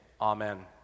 amen